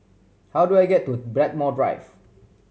how do I get to Blackmore Drive